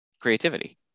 Creativity